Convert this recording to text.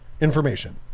information